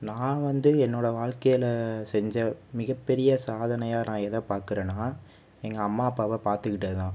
நான் வந்து என்னோடய வாழ்க்கையில் செஞ்ச மிக பெரிய சாதனையாக நான் எதை பார்க்கிறன்னா எங்கள் அம்மா அப்பாவை பார்த்துக்கிட்டது தான்